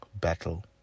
battle